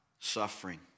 suffering